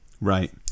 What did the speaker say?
right